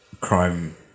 crime